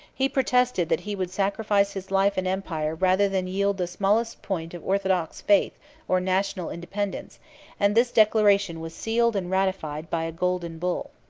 he protested that he would sacrifice his life and empire rather than yield the smallest point of orthodox faith or national independence and this declaration was sealed and ratified by a golden bull.